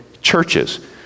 churches